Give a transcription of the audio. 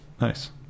Nice